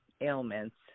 ailments